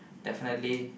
definitely